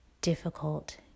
difficult